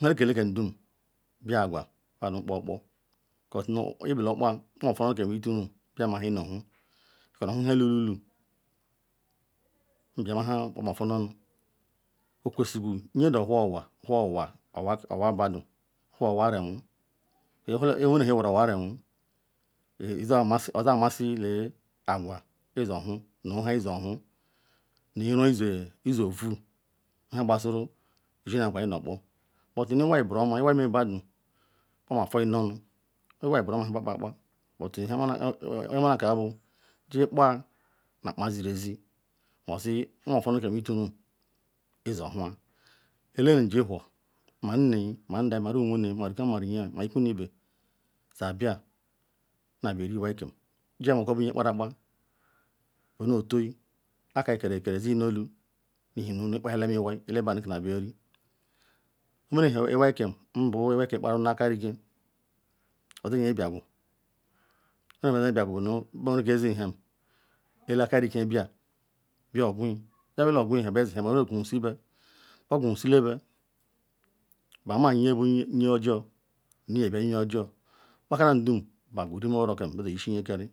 nheke eleken dum bea aqwa badu kpo-okpo-kpo because nu ibele okpoya nkpoma otu-nu-onu ken ituru biama nhe nu ohu, nke nuhu ihe iwilu biaha nkpoma otu-nu-onu. Okwesugu nye nu owhor onwa whor onwa onwa badu ewhor onwa rinwu nhene he ewhan onwa rinwu oya oza masi nu lee aqwa izi ohu nu nhe izioku nu iro ize ovu nu ihe gbasiru ojiagua ken inu kpo butu iwai buruoma iwai mobadu nkpoma fuyi nu-onu iwai buruoma nhe bekpa-azipa-but nhe manakaa bu ji kpa nu akpa zinzi modi nkpoma otunuonuken ituru izor ohua. Ele nu ji whor ma naeyi mu ndayi ma rumuwene ma ruha ma riya ma iku nu ibe zabia nabia eri iwaiken jiwa mako nbu nye kpara-akpa be. No-otayi aka kuru ozi olu ihe nu ikpaha iwai ka. Lebadu kanabia ori nowene ha iwai ken bu iwai ikpa ru nu akarike ozinye biagu nhe meru be biayagu banu beweruke ziri nu ham ele-akarike bia egwu be biale nu nhe beziham beyi oqwusi be, be qwusibe bemanye bunye ojor nu nye bia nye ojor kaikanura nhamlum basi rumu-oro-kam beye, yiji inyekiaru